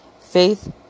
Faith